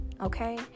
okay